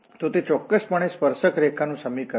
તો તે ચોક્કસપણે સ્પર્શક રેખા નું સમીકરણ છે